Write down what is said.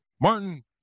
Martin